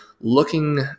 looking